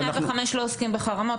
105 לא עוסקים בחרמות.